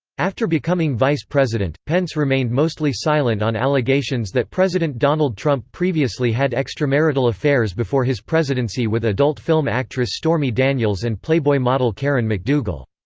after becoming vice president, pence remained mostly silent on allegations that president donald trump previously had extramarital affairs before his presidency with adult film actress stormy daniels and playboy model karen mcdougal.